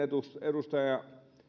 edustaja